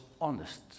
honest